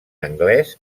anglès